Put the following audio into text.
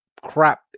crap